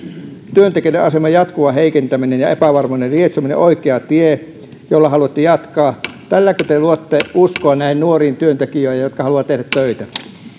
työntekijöiden aseman jatkuva heikentäminen ja epävarmuuden lietsominen oikea tie jolla haluatte jatkaa tälläkö te luotte uskoa näihin nuoriin työntekijöihin jotka haluavat tehdä töitä